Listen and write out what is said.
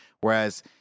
whereas